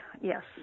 Yes